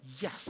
yes